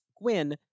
Gwen